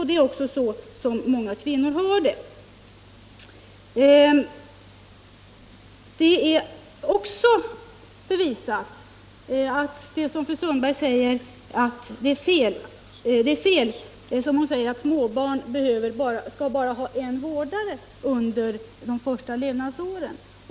Det är många kvinnor som är i det läget. Det är också fel när fru Sundberg säger att småbarn bara skall ha en vårdare under de första levnadsåren.